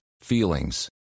feelings